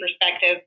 perspective